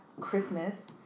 Christmas